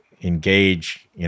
engage